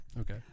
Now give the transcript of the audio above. Okay